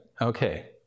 Okay